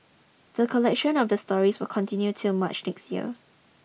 the collection of the stories will continue till March next year